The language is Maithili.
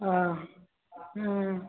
ओ हूँ